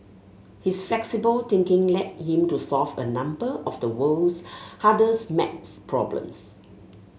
his flexible thinking led him to solve a number of the world's hardest maths problems